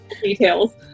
Details